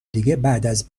دیگه، بعد